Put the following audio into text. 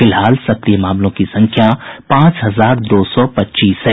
फिलहाल सक्रिय मामलों की संख्या पांच हजार दो सौ पच्चीस है